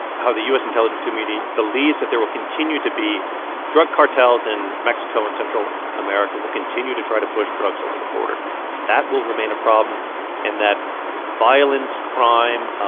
how the u s. intelligence community believes that there will continue to be drug cartels. and mexico and central america will continue to try to push drugs over the border that will remain a problem and that violence, crime,